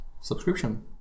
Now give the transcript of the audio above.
subscription